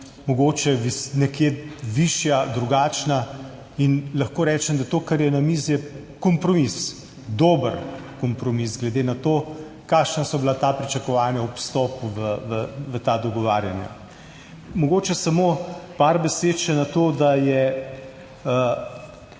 mogoče nekje višja, drugačna in lahko rečem, da to, kar je na mizi, je kompromis, dober kompromis glede na to, kakšna so bila ta pričakovanja ob vstopu v ta dogovarjanja. Mogoče samo par besed še na to, da je